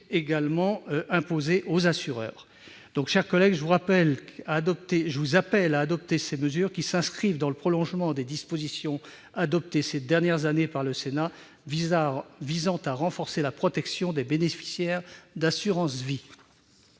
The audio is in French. obligation aux assureurs. Mes chers collègues, je vous appelle à adopter ces mesures, qui s'inscrivent dans le prolongement des dispositions adoptées ces dernières années par le Sénat, visant à renforcer la protection des bénéficiaires de contrats d'assurance vie.